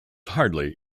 hardly